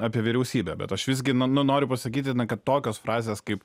apie vyriausybę bet aš visgi nu nu noriu pasakyti kad tokios frazės kaip